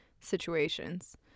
situations